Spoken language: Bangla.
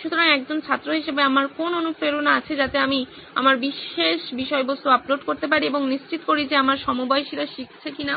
সুতরাং একজন ছাত্র হিসেবে আমার কোন্ অনুপ্রেরণা আছে যাতে আমি আমার বিশেষ বিষয়বস্তু আপলোড করতে পারি এবং নিশ্চিত করি যে আমার সমবয়সীরা শিখছে কিনা